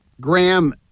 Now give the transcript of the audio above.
Graham